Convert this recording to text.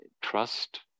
trust